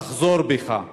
תחזור בך.